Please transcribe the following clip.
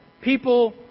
people